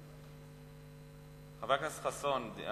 חבר הכנסת חסון,